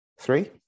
Three